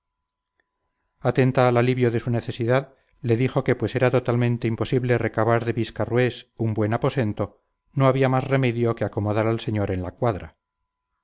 atenta al alivio de su necesidad le dijo que pues era totalmente imposible recabar de viscarrués un buen aposento no había más remedio que acomodar al señor en la cuadra